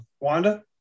Wanda